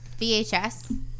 VHS